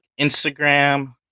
Instagram